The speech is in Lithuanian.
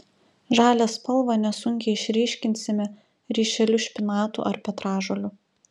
žalią spalvą nesunkiai išryškinsime ryšeliu špinatų ar petražolių